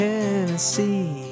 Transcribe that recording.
Tennessee